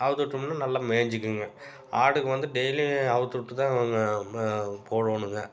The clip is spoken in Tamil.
அவுழ்த்துட்டோம்னா நல்லா மேஞ்சிக்குங்க ஆடுங்கள் வந்து டெய்லியும் அவுழ்த்துவுட்டு தாங்க ம போடணுங்க